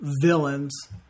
villains